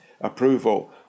approval